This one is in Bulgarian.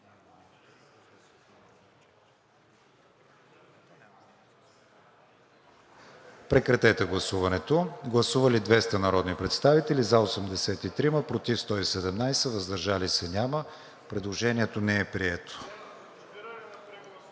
режим на гласуване. Гласували 188 народни представители: за 75, против 113, въздържали се няма. Предложението не е прието.